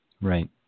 Right